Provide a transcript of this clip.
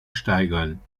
steigern